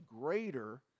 greater